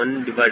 120